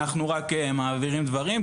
אנחנו רק מעבירים דברים,